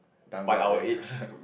time's up already